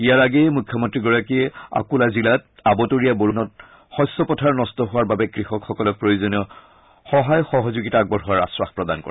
ইয়াৰ আগেয়ে মুখ্যমন্ৰীগৰাকীয়ে অকুলা জিলাত আবতৰীয়া বৰষূণত শস্য পথাৰ নষ্ট হোৱাৰ বাবে কৃষকসকলক প্ৰয়োজনীয় সহায় সহযোগিতা আগবঢ়োৱাৰ আখাস প্ৰদান কৰে